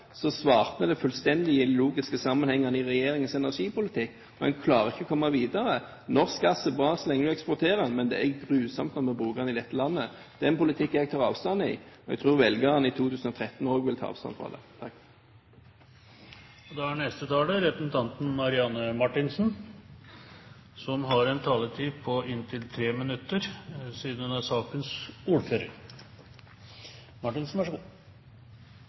det fullstendig i de logiske sammenhengene i regjeringens energipolitikk, og en klarer ikke å komme videre. Norsk gass er bra så lenge en eksporterer den, men det er grusomt når vi bruker den i dette landet. Det er en politikk jeg tar avstand fra, og jeg tror velgerne i 2013 også vil ta avstand fra det. Billedbruken i denne debatten når stadig nye høyder. Representanten fra Kristelig Folkeparti prøvde tidligere i debatten å forklare at det å sammenlikne epler og pærer ikke er